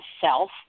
self